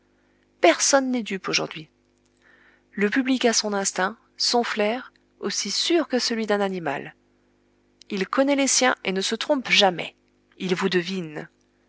personne n'est dupe aujourd'hui le public a son instinct son flair aussi sûr que celui d'un animal il connaît les siens et ne se trompe jamais il vous devine